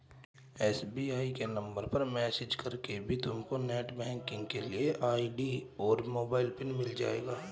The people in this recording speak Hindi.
एस.बी.आई के नंबर पर मैसेज करके भी तुमको नेटबैंकिंग के लिए आई.डी और मोबाइल पिन मिल जाएगा